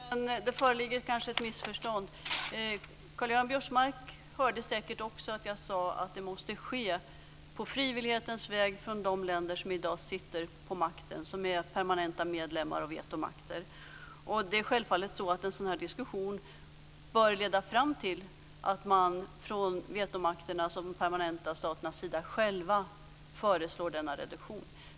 Herr talman! Jag är ledsen, men det föreligger kanske ett missförstånd. Karl-Göran Biörsmark hörde säkert också att jag sade att det måste ske på frivillighetens väg från de länder som i dag sitter på makten och som är permanenta medlemmar och vetomakter. En sådan här diskussion bör självfallet leda fram till att vetomakterna och de permanenta staterna själva föreslår denna reduktion.